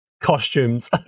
costumes